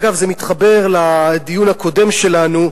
אגב, זה מתחבר לדיון הקודם שלנו,